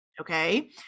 okay